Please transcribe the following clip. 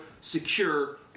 secure